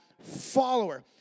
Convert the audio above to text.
follower